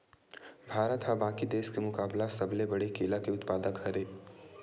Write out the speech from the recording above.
भारत हा बाकि देस के मुकाबला सबले बड़े केला के उत्पादक हरे